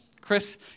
Chris